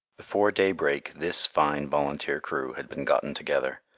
before daybreak this fine volunteer crew had been gotten together.